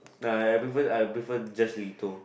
no I prefer I prefer just a little